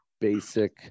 basic